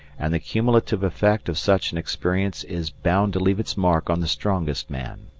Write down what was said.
and the cumulative effect of such an experience is bound to leave its mark on the strongest man.